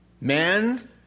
Man